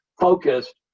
focused